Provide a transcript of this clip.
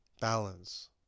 balance